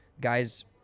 guys